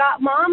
mom